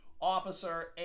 officer